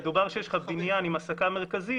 אם יש לך בניין עם הסקה מרכזית,